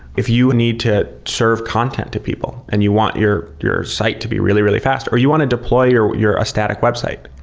if you need to serve content to people and you want your your site to be really, really fast or you want to deploy your your static website,